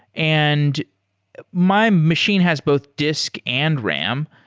and my machine has both disk and ram.